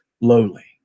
lowly